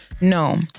No